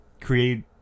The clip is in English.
create